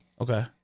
Okay